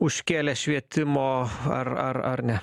užkėlė švietimo ar ar ar ne